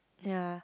ya